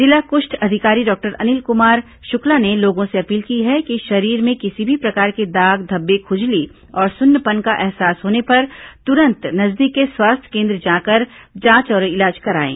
जिला कृष्ठ अधिकारी डॉक्टर अनिल कुमार शुक्ला ने लोगों से अपील की है कि शरीर में किसी प्रकार के दाग धब्बे खुजली और सून्नपन का अहसास होने पर तुरंत नजदीक के स्वास्थ्य केन्द्र जाकर जांच और इलाज कराएं